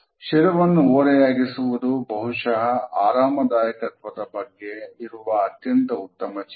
ಶಿರವನ್ನು ಓರೆಯಾಗಿಸುವುದು ಬಹುಶ ಆರಾಮದಾಯಕತ್ವದ ಬಗ್ಗೆ ಇರುವ ಅತ್ಯಂತ ಉತ್ತಮ ಚಿನ್ಹೆ